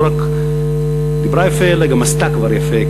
היא לא רק דיברה יפה אלא גם עשתה כבר יפה,